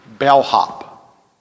Bellhop